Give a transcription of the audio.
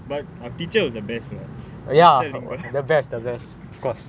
but our teacher was the best lah mister linga